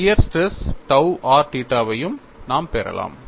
shear stress tow r தீட்டாவையும் நாம் பெறலாம்